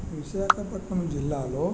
విశాఖపట్నం జిల్లాలో